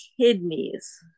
kidneys